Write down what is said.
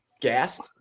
gassed